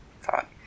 thought